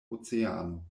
oceano